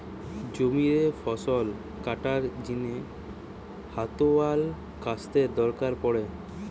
জমিরে ফসল কাটার জিনে হাতওয়ালা কাস্তের দরকার পড়ে